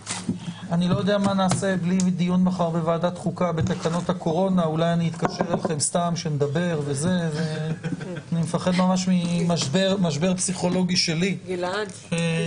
הישיבה ננעלה בשעה 10:55.